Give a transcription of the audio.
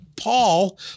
Paul